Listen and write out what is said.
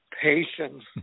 patience